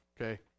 okay